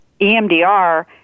EMDR